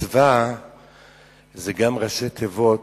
ומצו"ה זה גם ראשי תיבות,